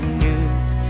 news